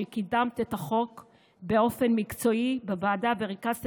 קידמת את החוק באופן מקצועי בוועדה וריכזת